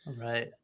Right